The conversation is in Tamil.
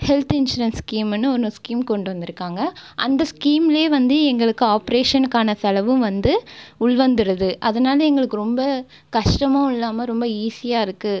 ஹெல்த் இன்ஷுரன்ஸ் ஸ்கீமினு ஒன்று ஸ்கீம் கொண்டு வந்திருக்காங்க அந்த ஸ்கீமிலே வந்து எங்களுக்கு ஆப்ரேஷனுக்கான செலவும் வந்து உள்வந்துடுது அதனால் எங்களுக்கு ரொம்ப கஷ்டமும் இல்லாமல் ரொம்ப ஈஸியாக இருக்குது